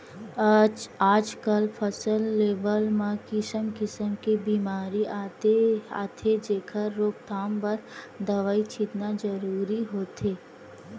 आजकल फसल लेवब म किसम किसम के बेमारी आथे जेखर रोकथाम बर दवई छितना जरूरी होथे